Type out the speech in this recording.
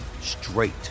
straight